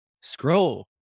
scroll